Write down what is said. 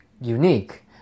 unique